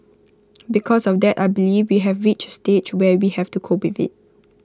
because of that I believe we have reached A stage where we have to cope with IT